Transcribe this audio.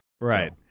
Right